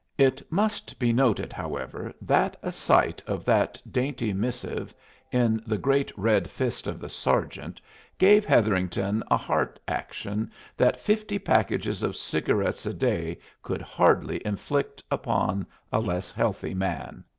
it must be noted, however, that a sight of that dainty missive in the great red fist of the sergeant gave hetherington a heart action that fifty packages of cigarettes a day could hardly inflict upon a less healthy man.